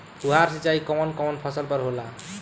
फुहार सिंचाई कवन कवन फ़सल पर होला?